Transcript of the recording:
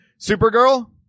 Supergirl